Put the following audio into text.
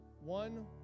One